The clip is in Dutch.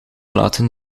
laten